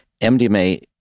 MDMA